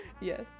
Yes